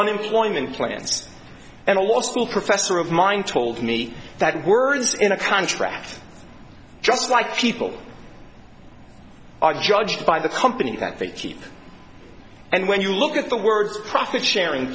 unemployment plans and a law school professor of mine told me that words in a contract just like people are judged by the company that they keep and when you look at the words profit sharing